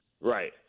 Right